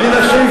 שהיא